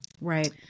Right